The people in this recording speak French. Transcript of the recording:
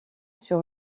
sur